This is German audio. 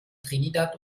trinidad